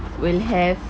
will have